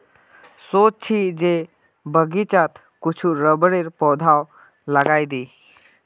सोच छि जे बगीचात कुछू रबरेर पौधाओ लगइ दी